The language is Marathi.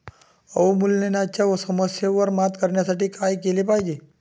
अवमूल्यनाच्या समस्येवर मात करण्यासाठी काय केले पाहिजे?